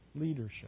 leadership